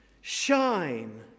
shine